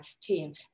team